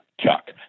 Chuck